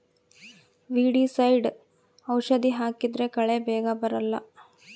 weedicide ಔಷಧಿ ಹಾಕಿದ್ರೆ ಕಳೆ ಬೇಗ ಬರಲ್ಲ